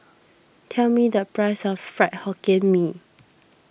tell me the price of Fried Hokkien Mee